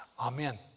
amen